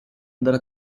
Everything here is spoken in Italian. andare